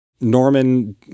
Norman